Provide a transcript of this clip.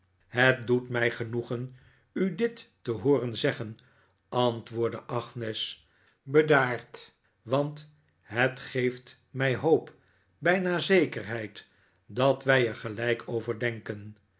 het doet mij genoegen u dit te hooren zeggen antwoordde agnes bedaard want het geeft mij hoop bijna zekerheid dat wij er gelijk over denken